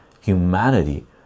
humanity